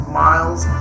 miles